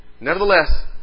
Nevertheless